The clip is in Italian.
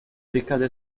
ricade